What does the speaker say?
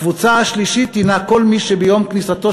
הקבוצה השלישית הנה כל מי שביום כניסתו